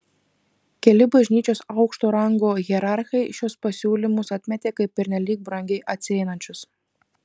keli bažnyčios aukšto rango hierarchai šiuos pasiūlymus atmetė kaip pernelyg brangiai atsieinančius